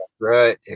Right